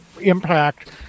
impact